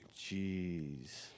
Jeez